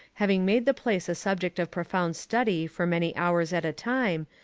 having made the place a subject of profound study for many hours at a time,